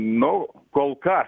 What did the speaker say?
nu kol kas